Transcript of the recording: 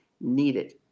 needed